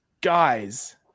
guys